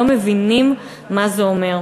לא מבינים מה זה אומר.